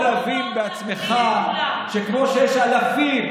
אתה יכול להבין בעצמך שכמו שיש אלפים,